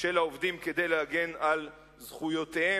של העובדים להגן על זכויותיהם.